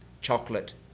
chocolate